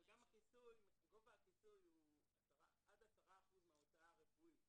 וגם גובה הכיסוי הוא עד 10% מההוצאה הרפואית.